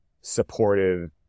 supportive